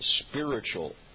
spiritual